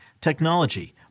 technology